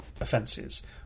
offences